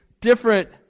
different